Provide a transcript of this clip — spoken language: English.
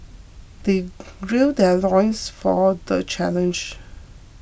they gird their loins for the challenge